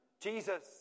Jesus